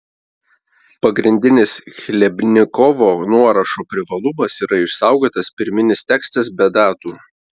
pagrindinis chlebnikovo nuorašo privalumas yra išsaugotas pirminis tekstas be datų